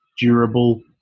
durable